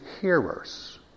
hearers